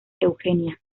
eugenia